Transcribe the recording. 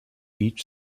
each